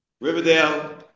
Riverdale